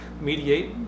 mediate